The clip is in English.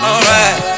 Alright